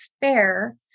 fair